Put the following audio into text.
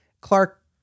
Clark